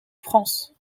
france